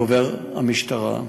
דובר המשטרה.